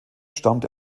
stammte